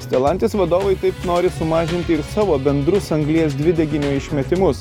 stelantis vadovai taip nori sumažinti ir savo bendrus anglies dvideginio išmetimus